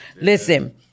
Listen